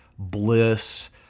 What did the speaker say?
bliss